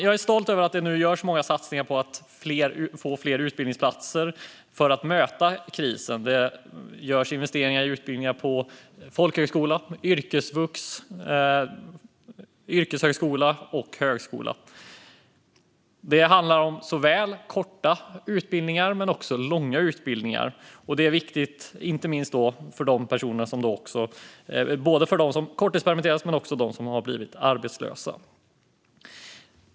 Jag är stolt över att det nu görs många satsningar på att få fler utbildningsplatser för att möta krisen. Det görs investeringar i utbildningar på folkhögskola, yrkesvux, yrkeshögskola och högskola. Det handlar om såväl korta som långa utbildningar. Detta är viktigt både för dem som har korttidspermitterats och för dem som har blivit arbetslösa.